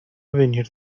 venir